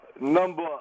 Number